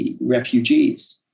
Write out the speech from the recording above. refugees